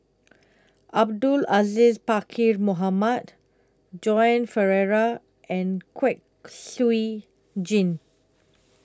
Abdul Aziz Pakkeer Mohamed Joan Pereira and Kwek Siew Jin